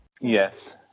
yes